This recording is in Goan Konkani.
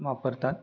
वापरतात